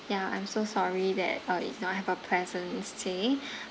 ya I'm so sorry that uh you did not have a pleasant stay